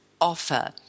offer